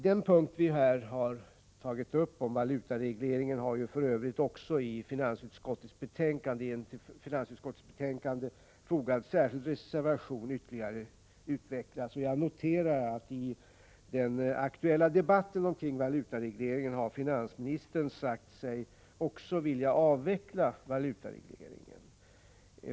Det vi har tagit upp i punkten om valutaregleringen har vi för övrigt ytterligare utvecklat i en till finansutskottets betänkande fogad reservation. Jag noterar att också finansministern i den aktuella debatten har sagt sig vilja avveckla valutaregleringen.